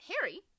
Harry